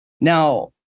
Now